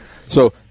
So-